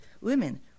Women